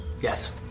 Yes